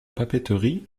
papeterie